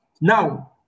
Now